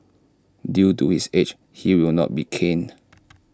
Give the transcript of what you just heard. due to his age he will not be caned